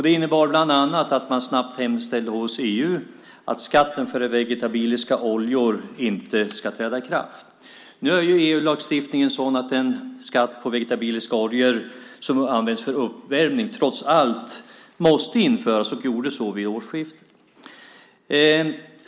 Det innebar bland annat att man snabbt hemställde hos EU att skatten för vegetabiliska oljor inte skulle träda i kraft. Nu är EU-lagstiftningen sådan att en skatt på vegetabiliska oljor som används för uppvärmning trots allt måste införas, och så skedde vid årsskiftet.